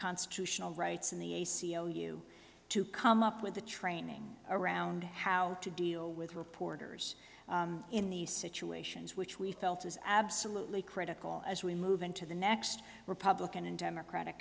constitutional rights in the a c l u to come up with the training around how to deal with reporters in these situations which we felt was absolutely critical as we move into the next republican and democratic